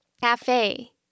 cafe